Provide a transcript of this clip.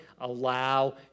allow